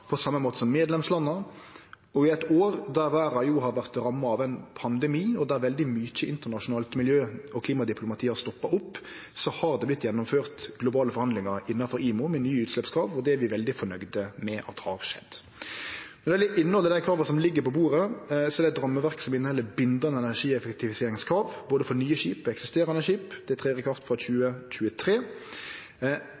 på same måte som medlemslanda, og i eit år der verda har vore ramma av ein pandemi, og der veldig mykje internasjonalt miljø- og klimadiplomati har stoppa opp, har det vore gjennomført globale forhandlingar innanfor IMO med nye utsleppskrav, og det er vi veldig fornøgde med at har skjedd. Når det gjeld innhaldet i dei krava som ligg på bordet, er det eit rammeverk som inneheld bindande energieffektiviseringskrav for både nye og eksisterande skip. Det trer i kraft frå